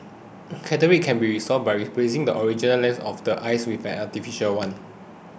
cataracts can be resolved by replacing the original lens of the eye with an artificial one